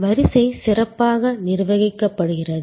வரிசை சிறப்பாக நிர்வகிக்கப்படுகிறது